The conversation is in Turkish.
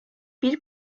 bir